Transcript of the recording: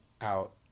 out